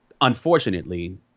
Unfortunately